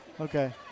Okay